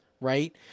right